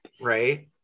right